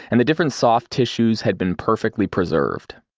and the different soft tissues had been perfectly preserved.